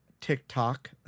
TikTok